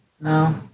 No